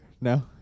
no